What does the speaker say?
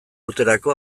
urterako